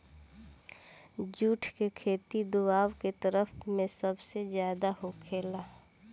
जुट के खेती दोवाब के तरफ में सबसे ज्यादे होखेला